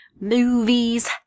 movies